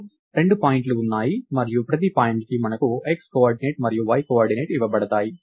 మనకు రెండు పాయింట్లు ఉన్నాయి మరియు ప్రతి పాయింట్కి మనకు x కోఆర్డినేట్ మరియు y కోఆర్డినేట్ ఇవ్వబడతాయి